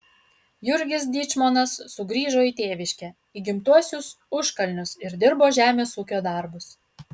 jurgis dyčmonas sugrįžo į tėviškę į gimtuosius užkalnius ir dirbo žemės ūkio darbus